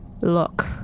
look